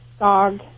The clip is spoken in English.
dog